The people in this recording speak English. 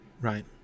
right